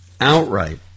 outright